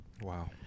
Wow